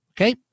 okay